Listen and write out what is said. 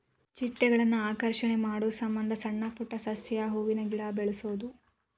ಚಿಟ್ಟೆಗಳನ್ನ ಆಕರ್ಷಣೆ ಮಾಡುಸಮಂದ ಸಣ್ಣ ಪುಟ್ಟ ಸಸ್ಯ, ಹೂವಿನ ಗಿಡಾ ಬೆಳಸುದು